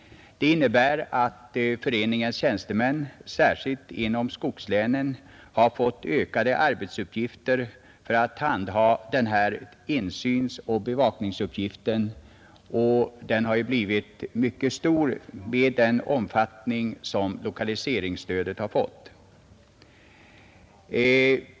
Det innebär att föreningarnas tjänstemän, särskilt inom skogslänen, har fått ökade arbetsuppgifter för att handha den här insynsoch bevakningsuppgiften; den har ju blivit mycket stor med den omfattning som lokaliseringsstödet har fått.